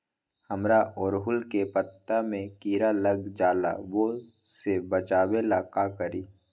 हमरा ओरहुल के पत्ता में किरा लग जाला वो से बचाबे ला का करी?